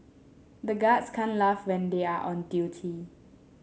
the guards can't laugh when they are on duty